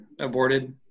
aborted